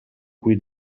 cui